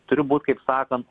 turi būt kaip sakant